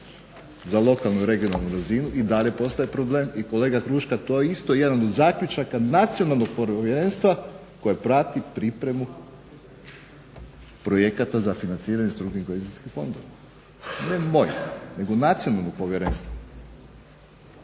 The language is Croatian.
za lokalnu i regionalnu razinu, i dalje postoji problem. I kolega Huška, to je isto jedan od zaključaka nacionalnog povjerenstva koje prati pripremu projekata za financiranje strukturnih i kohezijskih fondova. Ne moj, nego nacionalnog povjerenstva.